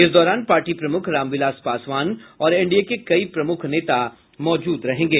इस दौरान पार्टी प्रमुख रामविलास पासवान और एनडीए के कई प्रमुख नेता मौजूद रहेंगे